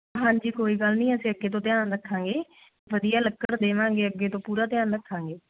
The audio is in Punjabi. ਹਾਂਜੀ ਕੋਈ ਗੱਲ ਨਹੀਂ ਅਸੀਂ ਅੱਗੇ ਤੋਂ ਧਿਆਨ ਰੱਖਾਂਗੇ ਵਧੀਆ ਲੱਕੜ ਦੇਵਾਂਗੇ ਅੱਗੇ ਤੋਂ ਪੂਰਾ ਧਿਆਨ ਰੱਖਾਂਗੇ